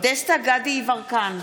דסטה גדי יברקן,